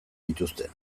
dituzte